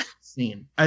scene